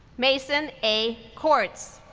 mason a kortz,